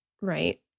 Right